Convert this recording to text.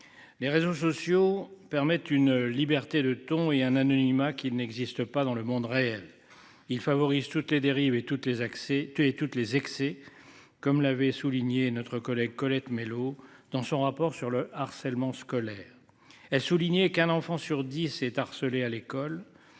Les réseaux sociaux permettent une liberté de ton et un anonymat qui n'existe pas dans le monde réel il favorise toutes les dérives et toutes les accès tuer toutes les excès comme l'avait souligné notre collègue Colette Mélot dans son rapport sur le harcèlement scolaire elle souligné qu'un enfant sur 10 est harcelé à l'école.